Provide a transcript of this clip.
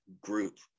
group